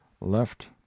left